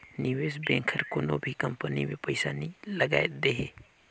निवेस बेंक हर कोनो भी कंपनी में पइसा नी लगाए देहे